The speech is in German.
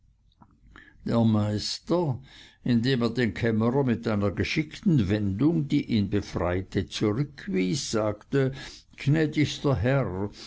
der meister indem er den kämmerer mit einer geschickten wendung die ihn befreiete zurückwies sagte gnädigster herr